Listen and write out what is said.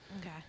Okay